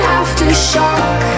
aftershock